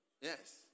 yes